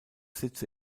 sitze